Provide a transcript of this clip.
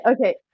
okay